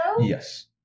Yes